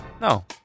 No